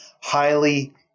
highly